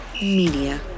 Media